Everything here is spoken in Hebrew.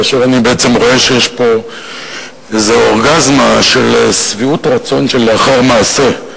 כאשר אני בעצם רואה שיש פה איזו אורגזמה של שביעות רצון שלאחר מעשה,